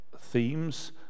themes